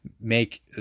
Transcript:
make